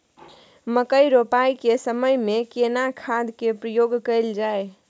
मकई रोपाई के समय में केना खाद के प्रयोग कैल जाय?